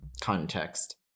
context